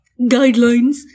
guidelines